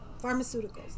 pharmaceuticals